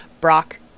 Brock